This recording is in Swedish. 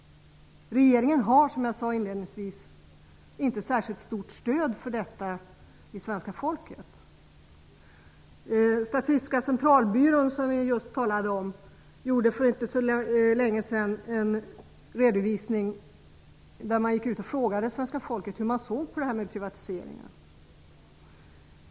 Regeringen har, som jag sade inledningsvis, inte särskilt stort stöd för detta inom det svenska folket. Statistiska centralbyrån, som vi just talade om, gjorde för inte så länge sedan en redovisning av en enkät där man frågade svenska folket hur man ser på privatiseringarna.